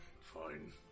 Fine